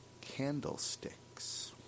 candlesticks